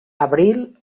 abril